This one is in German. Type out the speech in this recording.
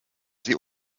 sie